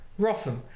Rotham